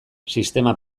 sistema